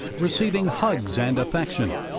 receiving hugs and affection.